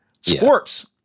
sports